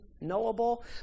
knowable